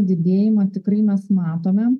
didėjimą tikrai mes matome